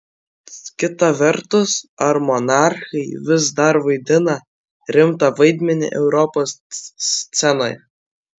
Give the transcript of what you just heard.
kita vertus ar monarchai vis dar vaidina rimtą vaidmenį europos scenoje